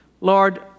Lord